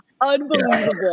unbelievable